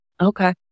Okay